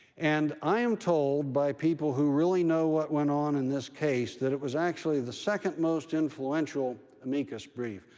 and i am told by people who really know what went on in this case that it was actually the second-most influential amicus brief.